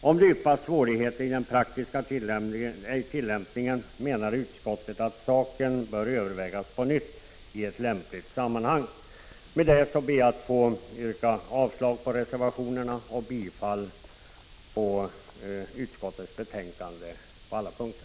Om det yppas svårigheter i den praktiska tillämpningen menar utskottet att saken får övervägas på nytt i ett lämpligt sammanhang. Med detta ber jag att få yrka avslag på reservationerna och bifall till utskottets hemställan på alla punkter.